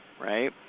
right